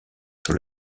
sur